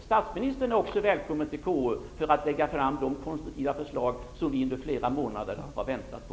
Statsministern är också välkommen till KU för att lägga fram de konstruktiva förslag som vi under flera månader har väntat på.